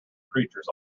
creatures